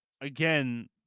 again